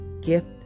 gift